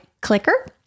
clicker